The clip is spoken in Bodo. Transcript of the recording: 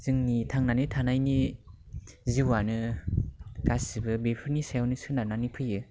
जोंनि थांनानै थानायनि जिउआनो गासैबो बेफोरनि सायावनो सोनारनानै फैयो